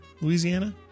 Louisiana